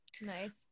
Nice